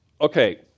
okay